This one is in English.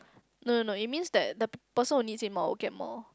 no no no it means that the person will need say more will get more